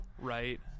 Right